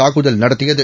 தாக்குதல் நடத்தியது